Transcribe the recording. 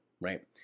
right